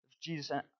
Jesus